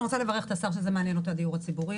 אני רוצה לברך את השר שהדיור הציבורי מעניין אותו,